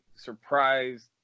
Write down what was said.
surprised